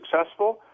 successful